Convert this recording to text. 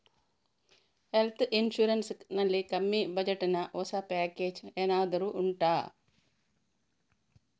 health insurance ನಲ್ಲಿ ಕಮ್ಮಿ budget ನ ಹೊಸ ಪ್ಯಾಕೇಜ್ ಏನಾದರೂ ಉಂಟಾ